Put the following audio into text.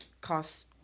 cost